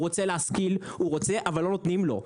הוא רוצה להשכיל, הוא רוצה, אל לא נותנים לו.